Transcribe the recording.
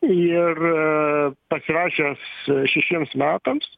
ir pasirašęs šešiems metams